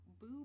Boo